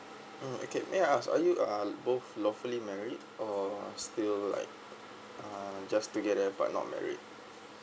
um okay may I ask are you uh both lawfully married or still like uh just together but not married